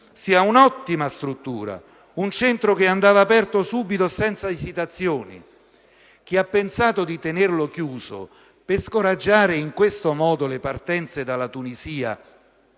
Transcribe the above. sia un'ottima struttura, un centro che andava aperto subito, senza esitazioni. Chi ha pensato di tenerlo chiuso, per scoraggiare in questo modo le partenze dalla Tunisia,